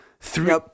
three